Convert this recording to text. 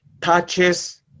touches